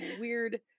weird